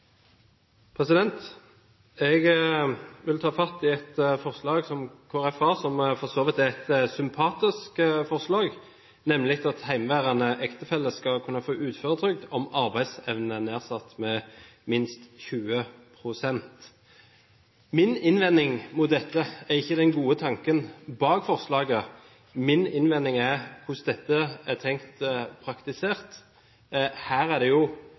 Jeg vil ta fatt i et forslag som Kristelig Folkeparti har, som for så vidt er et sympatisk forslag, nemlig at hjemmeværende ektefelle skal kunne få uføretrygd om arbeidsevnen er nedsatt med minst 20 pst. Min innvending mot dette gjelder ikke den gode tanken bak forslaget. Min innvending gjelder hvordan dette er tenkt praktisert. Her er det jo